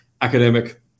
academic